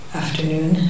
afternoon